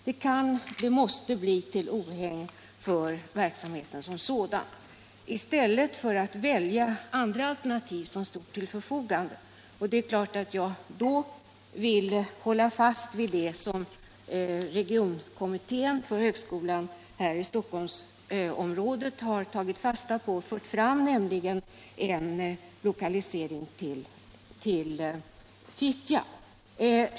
Det måste bli till ohägn för verksamheten som sådan att göra på detta sätt i stället för att välja andra alternativ som står till förfogande. Det är klart att jag då vill hålla fast vid det som regionkommittén för högskolan här i Stockholmsområdet har tagit fasta Nr 86 på och fört fram, nämligen en lokalisering till Fittja.